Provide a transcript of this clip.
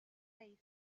face